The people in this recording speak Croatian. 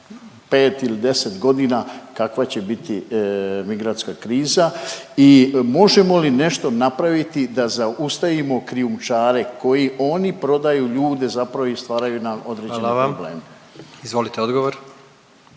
5 ili 10.g., kakva će biti migrantska kriza i možemo li nešto napraviti da zaustavimo krijumčare koji oni prodaju ljude zapravo i stvaraju nam određene probleme? **Jandroković, Gordan